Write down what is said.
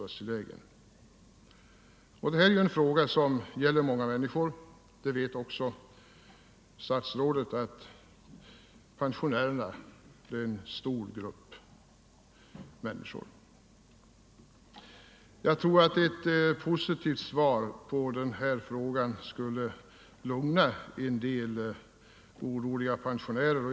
Det här är en fråga som gäller en stor grupp människor, det vet också statsrådet. Ett positivt svar tror jag skulle lugna en del oroliga pensionärer.